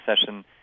session